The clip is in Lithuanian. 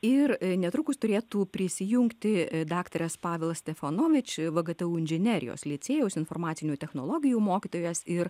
ir netrukus turėtų prisijungti daktaras pavelas stefanovič vgtu inžinerijos licėjaus informacinių technologijų mokytojas ir